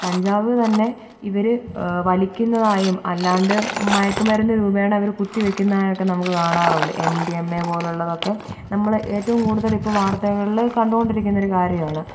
കഞ്ചാവുതന്നെ ഇവർ വലിക്കുന്നതായും അല്ലാണ്ട് മയക്കുമരുന്ന് രൂപേണ ഇവർ കുത്തിവെക്കുന്നതായൊക്കെ നമുക്ക് കാണാറുണ്ട് എം ഡി എം എ പോലെയുള്ളതൊക്കെ നമ്മൾ ഏറ്റും കൂടുതൽ ഇപ്പോൾ വാർത്തകളിൽ കണ്ടുകൊണ്ടിരിക്കുന്ന ഒരു കാര്യമാണ്